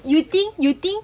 you think you think